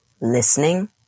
listening